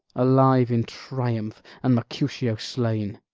alive in triumph! and mercutio slain!